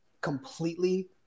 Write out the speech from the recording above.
completely